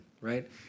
right